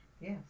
Yes